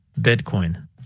Bitcoin